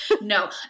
No